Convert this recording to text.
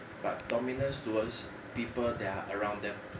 but dominance towards people that are around them